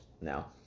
Now